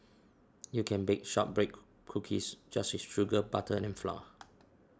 you can bake Shortbread Cookies just with sugar butter and flour